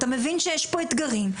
אתה מבין שיש פה אתגרים.